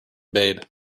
babe